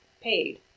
paid